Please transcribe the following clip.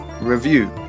review